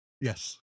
Yes